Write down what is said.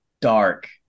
dark